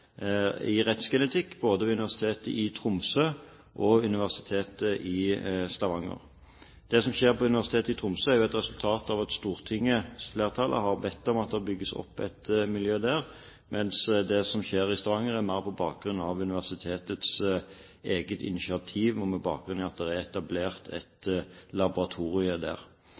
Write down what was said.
i rettsgenetikk, både ved Universitetet i Tromsø og Universitetet i Stavanger. Det som skjer ved Universitetet i Tromsø, er et resultat av at stortingsflertallet har bedt om at det bygges opp et miljø der, mens det som skjer i Stavanger, skjedde mer på universitetets eget initiativ og med bakgrunn i at det er etablert et laboratorium der.